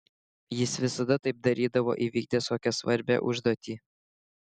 jis visada taip darydavo įvykdęs kokią svarbią užduotį